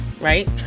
right